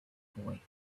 boy